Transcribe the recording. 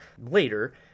later